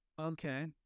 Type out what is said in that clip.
Okay